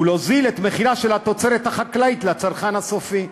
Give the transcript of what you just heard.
ולהוזיל את התוצרת החקלאית לצרכן הסופי,